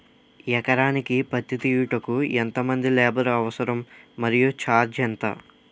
ఎకరానికి పత్తి తీయుటకు ఎంత మంది లేబర్ అవసరం? మరియు ఛార్జ్ ఎంత?